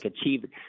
achieve –